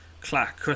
Clack